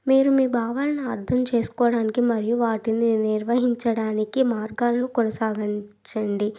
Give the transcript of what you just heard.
మీరు మీ భావాలను అర్థం చేసుకోవడానికి మరియు వాటిని నిర్వహించడానికి మార్గాలను కొనసాగనించండి